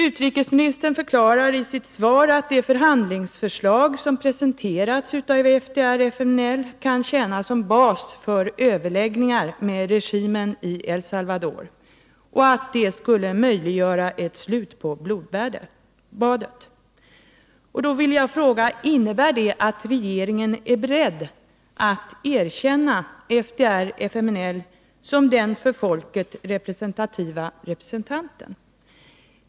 Utrikesministern förklarar i sitt svar att det förhandlingsförslag som presenterats av FDR FMNL som den för folket representativa representanten?